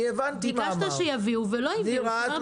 ביקשת שיביאו ולא הביאו.